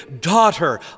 daughter